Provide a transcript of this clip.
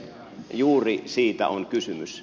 juuri siitä on kysymys